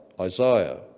Isaiah